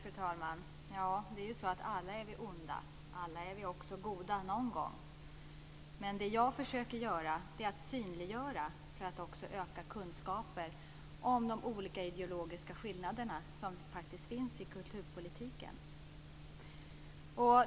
Fru talman! Ja, alla är vi onda. Alla är vi också goda någon gång. Det jag försöker göra är att synliggöra och också öka kunskapen om de ideologiska skillnaderna som faktiskt finns i kulturpolitiken.